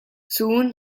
soon